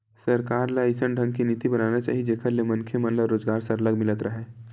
सरकार ल अइसन ढंग के नीति बनाना चाही जेखर ले मनखे मन मन ल रोजगार सरलग मिलत राहय